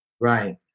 Right